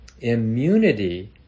immunity